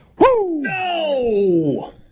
No